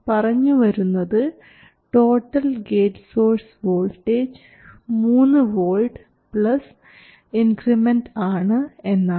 പറഞ്ഞുവരുന്നത് total gate source voltage 3 volt plus increment ആണ് എന്നാണ്